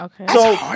Okay